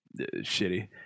shitty